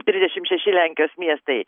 trisdešimt šeši lenkijos miestai